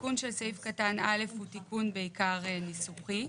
התיקון של סעיף קטן (א) הוא בעיקר תיקון ניסוחי.